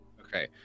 okay